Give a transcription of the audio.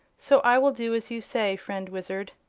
so i will do as you say, friend wizard.